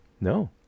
No